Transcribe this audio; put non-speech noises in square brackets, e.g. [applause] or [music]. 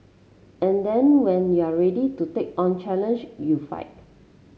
and then when you're ready to take on challenge you [unintelligible]